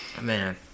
Man